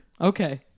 Okay